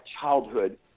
childhood